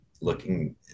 looking